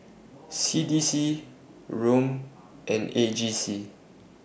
C D C Rom and A G C